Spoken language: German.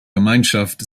gemeinschaft